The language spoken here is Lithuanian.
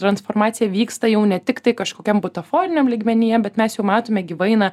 transformacija vyksta jau ne tiktai kažkokiam butaforiniam lygmenyje bet mes jau matome gyvai na